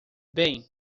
bem